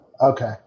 okay